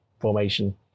Formation